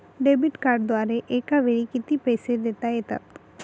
Debit कार्डद्वारे एकावेळी किती पैसे देता येतात?